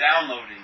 downloading